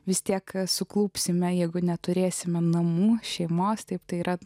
vis tiek suklupsime jeigu neturėsime namų šeimos taip tai yra